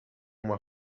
uma